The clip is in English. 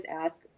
ask